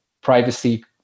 privacy